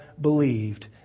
believed